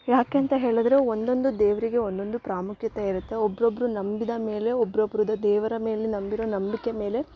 ಯಾಕೆ ಅಂತ ಹೇಳಿದ್ರೆ ಒಂದೊಂದು ದೇವರಿಗೆ ಒಂದೊಂದು ಪ್ರಾಮುಖ್ಯತೆ ಇರುತ್ತೆ ಒಬ್ರೊಬ್ಬರು ನಂಬಿದ ಮೇಲೆ ಒಬ್ರೊಬ್ಬರದು ದೇವರ ಮೇಲೆ ನಂಬಿರೊ ನಂಬಿಕೆ ಮೇಲೆ